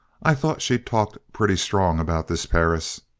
i thought she talked pretty strong about this perris!